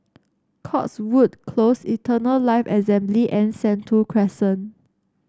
Cotswold Close Eternal Life Assembly and Sentul Crescent